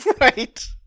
Right